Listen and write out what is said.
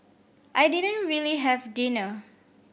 I didn't really have dinner